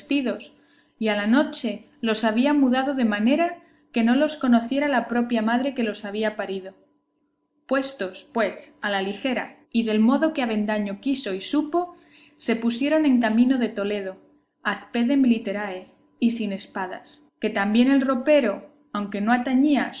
y a la noche los había mudado de manera que no los conociera la propia madre que los había parido puestos pues a la ligera y del modo que avendaño quiso y supo se pusieron en camino de toledo ad pedem literae y sin espadas que también el ropero aunque no atañía